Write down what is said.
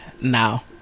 now